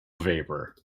vapor